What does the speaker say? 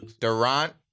Durant